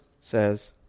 says